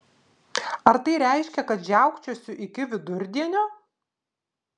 ar tai reiškia kad žiaukčiosiu iki vidurdienio